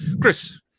Chris